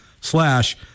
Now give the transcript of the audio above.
slash